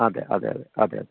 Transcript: അതേ അതേ അതേ അതേ